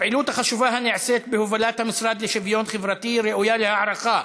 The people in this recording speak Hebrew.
הפעילות החשובה הנעשית בהובלת המשרד לשוויון חברתי ראויה להערכה,